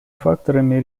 факторами